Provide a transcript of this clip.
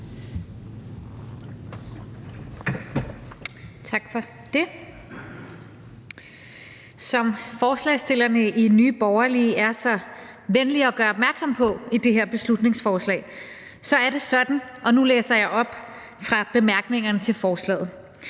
Som forslagsstillerne i Nye Borgerlige er så venlige at gøre opmærksom på i det her beslutningsforslag, er det sådan her – og nu læser jeg op fra bemærkningerne til forslaget: